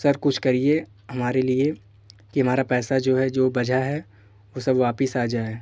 sir कुछ करिए हमारे लिए कि हमारा पैसा जो है जो बचा है वो सब वापस आ जाए